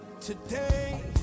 Today